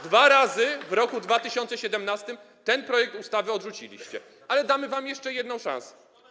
Dwa razy w roku 2017 ten projekt ustawy odrzuciliście, ale damy wam jeszcze jedną szansę.